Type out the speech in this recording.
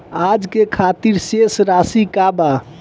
आज के खातिर शेष राशि का बा?